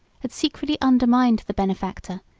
had secretly undermined the benefactor,